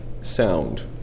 sound